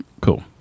Cool